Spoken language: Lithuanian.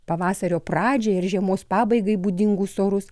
pavasario pradžiai ar žiemos pabaigai būdingus orus